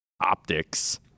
Optics